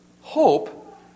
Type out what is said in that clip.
hope